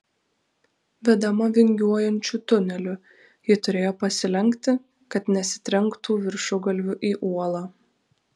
vedama vingiuojančiu tuneliu ji turėjo pasilenkti kad nesitrenktų viršugalviu į uolą